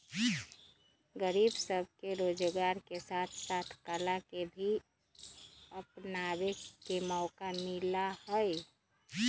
गरीब सब के रोजगार के साथ साथ कला के भी अपनावे के मौका मिला हई